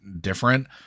different